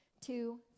two